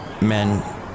men